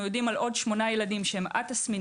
אנו יודעים על עוד 8 ילדים שהם א-תסמיניים.